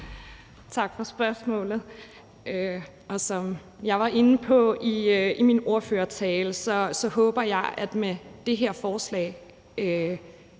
Tak for spørgsmålet. Som jeg var inde på i min ordførertale, håber jeg, at det her forslag